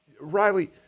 Riley